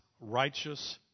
righteous